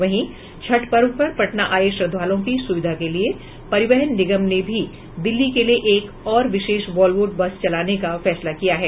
वहीं छठ पर्व पर पटना आये श्रद्धालुओं की सुविधा के लिये परिवहन निगम ने भी दिल्ली के लिये एक और विशेष वॉल्वो बस चलाने का फैसला किया है